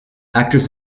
actors